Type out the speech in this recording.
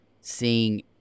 seeing